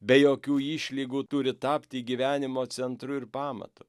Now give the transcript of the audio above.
be jokių išlygų turi tapti gyvenimo centru ir pamatu